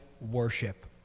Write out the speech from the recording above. worship